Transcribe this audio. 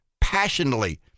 passionately